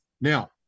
Now